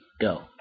go